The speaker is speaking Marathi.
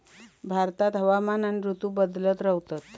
भारतात हवामान आणि ऋतू बदलत रव्हतत